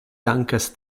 dankas